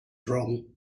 wrong